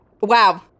Wow